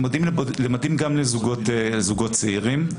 זה מתאים גם לזוגות צעירים.